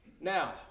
Now